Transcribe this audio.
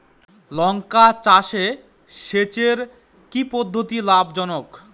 লঙ্কা চাষে সেচের কি পদ্ধতি লাভ জনক?